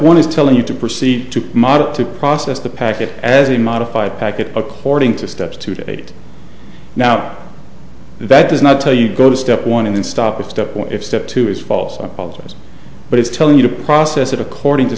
one is telling you to proceed to model to process the packet as a modified packet according to steps to date now that does not tell you go to step one and stop at step one if step two is false i apologize but it's telling you to process it according to